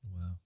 Wow